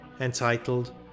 entitled